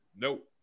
Nope